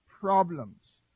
problems